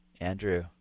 Andrew